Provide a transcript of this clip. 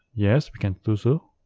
yes, we can do so.